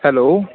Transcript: hello